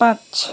पाँच